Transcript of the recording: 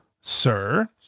sir